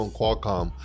Qualcomm，